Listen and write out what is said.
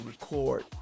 record